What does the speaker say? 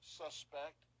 suspect